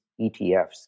ETFs